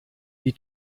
die